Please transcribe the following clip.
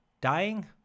dying